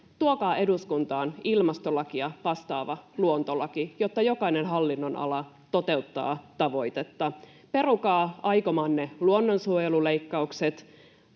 tuokaa eduskuntaan ilmastolakia vastaava luontolaki, jotta jokainen hallinnonala toteuttaa tavoitetta, perukaa aikomanne luonnonsuojeluleikkaukset,